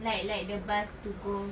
like like the bus to go